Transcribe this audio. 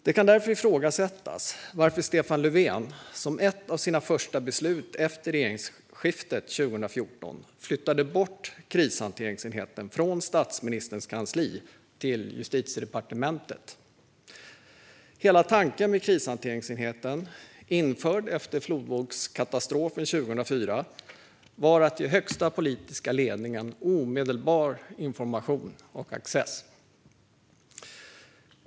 Det kan därför ifrågasättas varför Stefan Löfven, som ett av sina första beslut efter regeringsskiftet 2014, flyttade bort krishanteringskansliet från statsministerns kansli till Justitiedepartementet. Hela tanken med krishanteringskansliet, infört efter flodvågskatastrofen 2004, var att ge den högsta politiska ledningen omedelbar information och access.